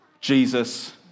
Jesus